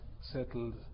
settled